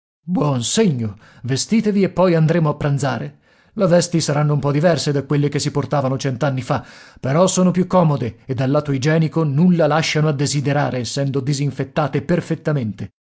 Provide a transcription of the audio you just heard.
buon segno vestitevi e poi andremo a pranzare le vesti saranno un po diverse da quelle che si portavano cent'anni fa però sono più comode e dal lato igienico nulla lasciano a desiderare essendo disinfettate perfettamente